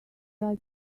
right